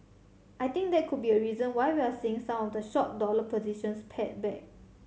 I think that could be a reason why we're seeing some of the short dollar positions pared back